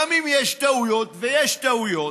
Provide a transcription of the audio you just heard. גם אם יש טעויות, ויש טעויות,